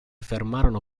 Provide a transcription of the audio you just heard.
fermarono